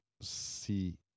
see